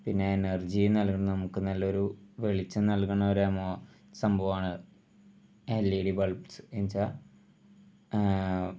പിന്നെ എനർജി എന്നാൽ നമുക്ക് നല്ലൊരു വെളിച്ചം നൽകുന്ന ഒരു സംഭവമാണ് എൽ ഇ ഡി ബൾബ്സ് എന്ന് വച്ചാൽ